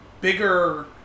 bigger